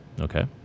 Okay